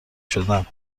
شدن